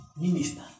minister